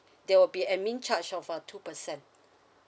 there will be admin charge of uh two percent